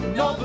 no